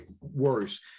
worse